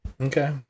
okay